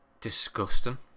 disgusting